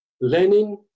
Lenin